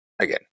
again